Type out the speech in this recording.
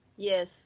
Yes